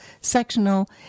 sectional